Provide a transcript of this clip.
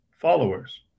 followers